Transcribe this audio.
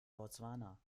botswana